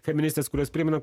feministės kurios primena